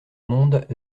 monde